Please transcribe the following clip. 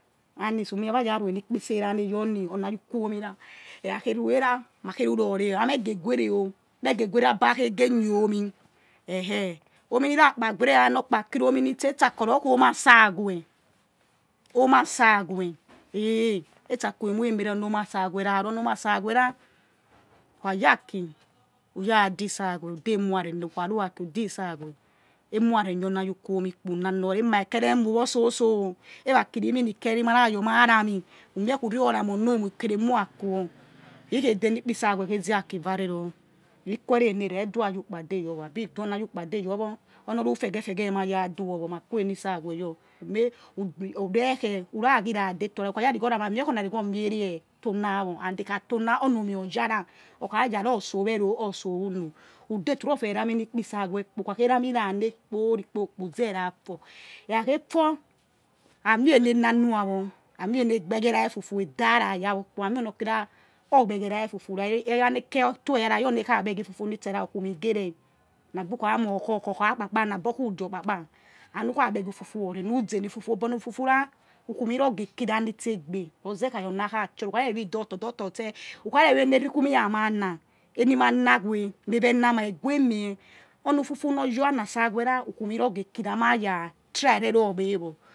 Ani sumeyah rha ya ryi onukpese ra ne̱h your ni or na ayi ukuomira eh khakhei ruei ra̱ ma khei ru ror rer ra̱ ha mhy ghe guere̱ o̱ mhe ghe guere abi khe ohe ni ọ mi ekhe omi mi rakpa guerey eja ra̱ nor kpa kiri omi etsuko ror khi oni na̱ sawe̱h onu asaweh eh etsako emoi emi re̱ ri oni onu asaweh ruoni omi asaweh ra who kha yi aki uya disawe udi emu̱ ra̱ re̱h niyor ukha rur aki udi saweh emu ra reh nyi omi aji nkuomi kpo who na nor ra̱ ema ekere muwor ṣoso̱ o̱ erakirimin nikeri mạ rạ your ma rami umie khe uriorami ori omi ukhe rer mura̱ kuwor ekhei de̱h emi iyikpi saweh za aki vare ror ikuwere eni eri hi dui ayi ukpade your worabi do̱ oni ayi ukpade you wor aor rufe̱gẹ fe̱ ge̱ ma̱ ya do wor ma kyi eni saweh your may ure̱ uraghi ra detor ra kha ya righorami oni arighori omi re tonawo and ekhatona omi omi anyara okha yara otso we ror, otse so who uno̱ udetor uro̱ fere nami eniyikpi sawe kpo u kha khei ra̱ mi ka nekpe kporikpoka ukera ra tfor ekhakhei ofor amie enenanor nor a wor emi ene abagie ra ifufu edaraya wor kpo ami enekira or gbiegera ifufu ayah ni eke or tor eyah ayour neb kha gbiage ifufu nitsera ukumu ghere na bi ukhamoi ọkhor ọkhor kha kpai ha nu kha bieghi fufu wor rer nu̱ zi enufufu obor enu fufu rarukhumi ror ghekira ni tse egbe ror zeh kha tur who kharere wi doctor who kha re re wa eneru kum a ma na enima ma weh neh wena ma̱ eghuemie onu fufu nor your na asawe ra ukhumi ror ghekira ni tse egbe ror zeh kha tur who kharere wi doctor who kha re re̱ wa eneru kumi a ma na̱ eni ma ma̱ weh neh wena ma eghuemie onu fufu nor your na asawe ra ukumi ror geh kirah ma ya try rẹ ror gbe wor.